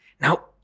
Now